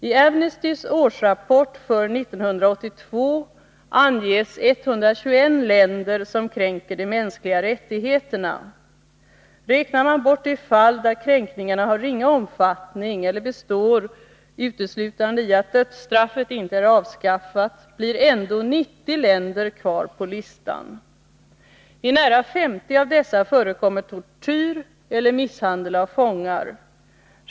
I Amnestys årsrapport för 1982 anges 121 länder som kränker de mänskliga rättigheterna. Räknar man bort de fall där kränkningarna har ringa omfattning eller består uteslutande i att dödsstraffet inte är avskaffat, blir ändå 90 länder kvar på listan. I nära 50 av dessa förekommer tortyr eller misshandel av fångar.